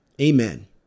Amen